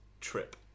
trip